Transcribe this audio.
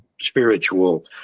spiritual